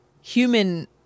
human